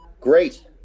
Great